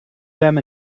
them